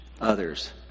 others